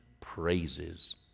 praises